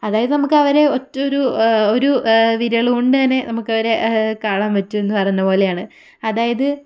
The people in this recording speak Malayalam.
അതായത് നമുക്ക് അവരെ ഒറ്റ ഒരു ഒരു വിരൽകൊണ്ടു തന്നെ അവരെ കാണാൻ പറ്റും എന്ന് പറയുന്ന പോലെയാണ് അതായത്